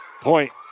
Point